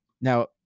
now